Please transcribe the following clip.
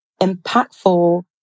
impactful